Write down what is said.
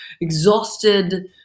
exhausted